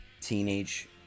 Teenage